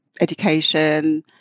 education